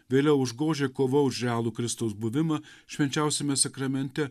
vėliau užgožė kova už realų kristaus buvimą švenčiausiame sakramente